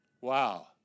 Wow